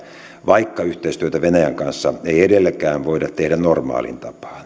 vaikka yhteistyötä venäjän kanssa ei edelleenkään voida tehdä normaaliin